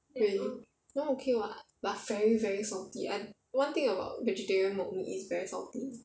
really that [one] okay [what] but very very salty I one thing about vegetarian mock meat is very salty